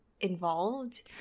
Involved